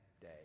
day